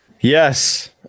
yes